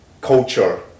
culture